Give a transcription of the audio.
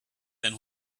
than